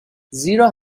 زیرا